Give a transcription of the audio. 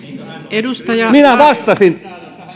minä vastasin